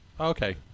Okay